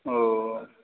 ओ